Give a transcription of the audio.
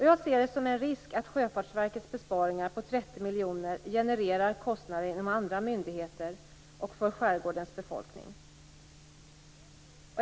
Jag ser det som en risk att Sjöfartsverkets besparingar på 30 miljoner genererar kostnader inom andra myndigheter och för skärgårdens befolkning.